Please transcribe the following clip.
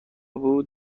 بود